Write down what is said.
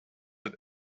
that